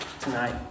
tonight